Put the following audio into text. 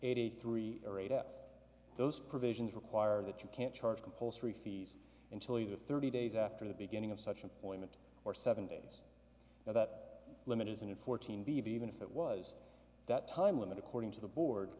eighty three those provisions require that you can't charge compulsory fees until you are thirty days after the beginning of such an appointment or seven days now that limit is in fourteen d v even if it was that time limit according to the board